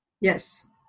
Yes